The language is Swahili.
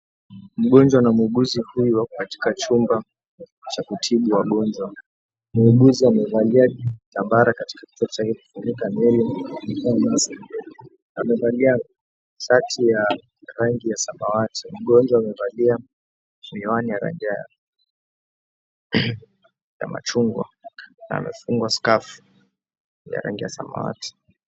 Mgonjwa na muuguzi huyu wako katika chumba cha kutibu wagonjwa. Muuguzi amevalia kitambara katika kichwa chake kufunika nywele amevalia shati ya rangi ya samawati. Mgonjwa amevalia miwani ya rangi ya chungwa na amefungwa skafu ya rangi ya samawati.